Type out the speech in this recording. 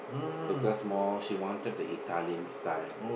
because more she wanted the Italian style